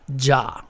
Ja